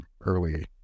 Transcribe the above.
early